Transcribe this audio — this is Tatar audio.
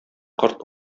корт